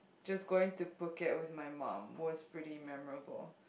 just going to Phuket with my mum was pretty memorable